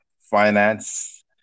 finance